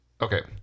okay